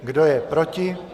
Kdo je proti?